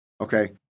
okay